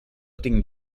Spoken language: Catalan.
tinc